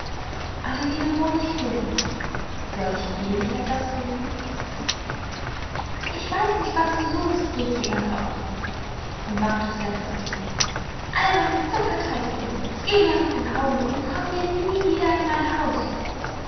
adeline honigkuchen soll ich ewig etwas suchen ich weiß nicht was du suchest rief sie ganz aufgebracht und warf das fenster zu alberne zuckerteigpuppe geh mir aus den augen und komm mir nie wieder in mein haus